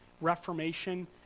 reformation